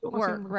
work